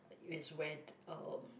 is when uh